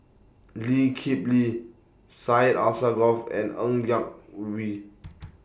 Lee Kip Lee Syed Alsagoff and Ng Yak Whee